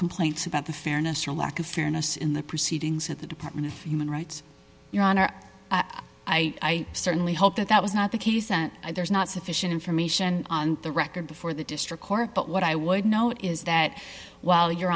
complaints about the fairness or lack of fairness in the proceedings of the department of human rights your honor i certainly hope that that was not the case there is not sufficient information on the record before the district court but what i would note is that while you